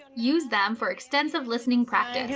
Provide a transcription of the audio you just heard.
use them for extensive listening practice.